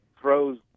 throws